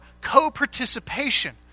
co-participation